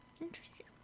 Interesting